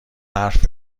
حرف